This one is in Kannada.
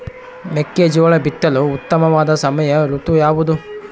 ಮೆಕ್ಕೆಜೋಳ ಬಿತ್ತಲು ಉತ್ತಮವಾದ ಸಮಯ ಋತು ಯಾವುದು?